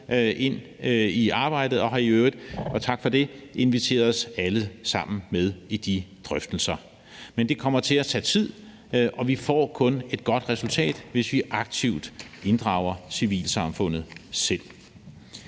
ind i arbejdet og har i øvrigt – og tak for det – inviteret os alle sammen med i de drøftelser. Men det kommer til at tage tid, og vi får kun et godt resultat, hvis vi aktivt inddrager civilsamfundet selv.